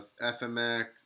FMX